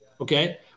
okay